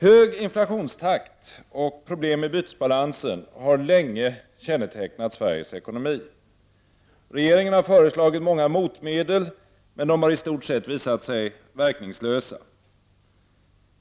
Hög inflationstakt och problem med bytesbalansen har länge kännetecknat Sveriges ekonomi. Regeringen har föreslagit många motmedel. Men de har i stort sett visat sig verkningslösa.